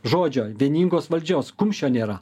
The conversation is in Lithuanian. žodžio vieningos valdžios kumščio nėra